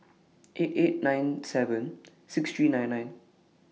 eight eight nine seven six three nine nine